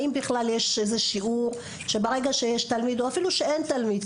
האם בכלל יש איזה שיעור שברגע שיש תלמיד או אפילו שאין תלמיד,